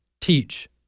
teach